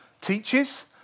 teaches